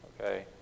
okay